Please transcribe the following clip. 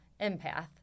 empath